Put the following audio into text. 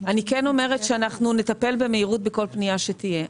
אנחנו נטפל במהירות בכל פנייה שתהיה.